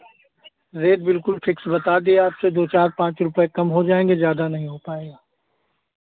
rate बिल्कुल fix बता दिया आपसे दो चार पाँच रुपए कम हो जाएंगे ज़्यादा नहीं हो पाएगा